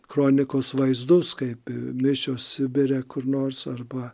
kronikos vaizdus kaip misijos sibire kur nors arba